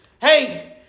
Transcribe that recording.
Hey